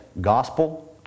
gospel